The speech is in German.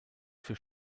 für